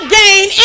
gain